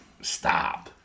Stop